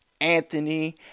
Anthony